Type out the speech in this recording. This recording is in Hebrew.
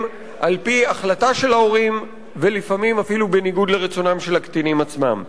על-פי החלטה של ההורים ולפעמים אפילו בניגוד לרצונם של הקטינים עצמם.